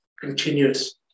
continuous